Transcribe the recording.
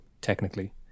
technically